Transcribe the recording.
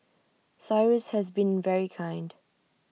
cyrus has been very kind